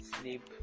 sleep